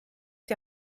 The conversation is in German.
die